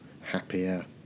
happier